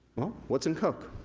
well, what's in coke?